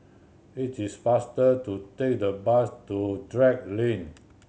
it is faster to take the bus to Drake Lane